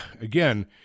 again